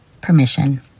permission